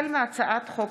מהצעת חוק